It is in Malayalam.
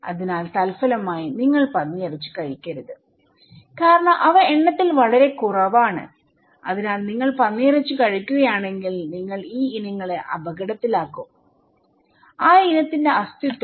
അതിനാൽ തൽഫലമായി നിങ്ങൾ പന്നിയിറച്ചി കഴിക്കരുത് കാരണം അവ എണ്ണത്തിൽ വളരെ കുറവാണ് അതിനാൽ നിങ്ങൾ പന്നിയിറച്ചി കഴിക്കുകയാണെങ്കിൽ നിങ്ങൾ ഈ ഇനങ്ങളെ അപകടത്തിലാക്കും ആ ഇനത്തിന്റെ അസ്തിത്വം